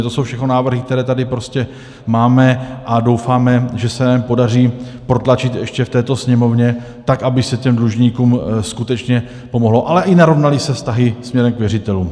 To jsou všechno návrhy, které tady máme, a doufáme, že se je podaří protlačit ještě v této Sněmovně tak, aby se těm dlužníkům skutečně pomohlo, ale i se narovnaly vztahy směrem k věřitelům.